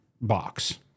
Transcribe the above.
box